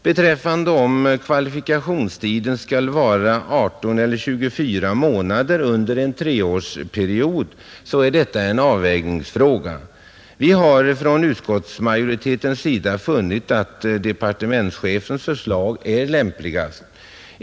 Huruvida kvalifikationstiden skall vara 18 eller 24 månader under en treårsperiod är en avvägningsfråga. Vi har från utskottsmajoritetens sida funnit att departementschefens förslag är lämpligast.